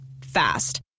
Fast